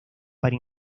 para